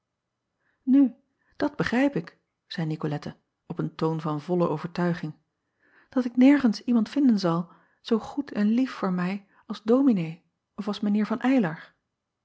u dat begrijp ik zeî icolette op een toon van volle overtuiging dat ik nergens iemand zal vinden zoo goed en lief voor mij als ominee of als mijn eer van